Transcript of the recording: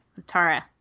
Latara